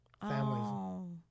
families